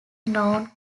known